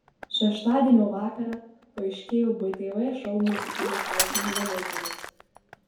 šeštadienio vakarą paaiškėjo btv šou muzikinė kaukė nugalėtojas